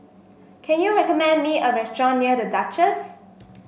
can you recommend me a restaurant near The Duchess